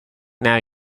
now